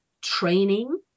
training